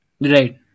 Right